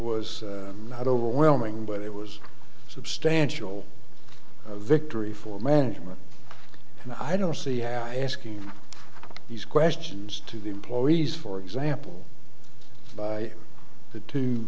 was not overwhelming but it was substantial victory for management and i don't see how asking these questions to the employees for example by the two